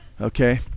Okay